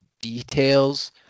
details